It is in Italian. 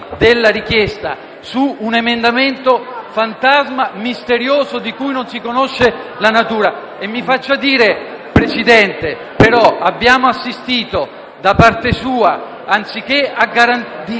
della richiesta, su un emendamento fantasma, misterioso, di cui non si conosce la natura. Mi lasci dire, Presidente, ciò a cui abbiamo assistito da parte sua: anziché garantire